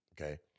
Okay